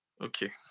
Okay